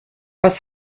was